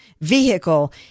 vehicle